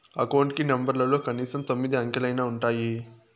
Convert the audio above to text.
account కి నెంబర్లలో కనీసం తొమ్మిది అంకెలైనా ఉంటాయి